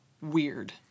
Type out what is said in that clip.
weird